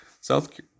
South